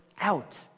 out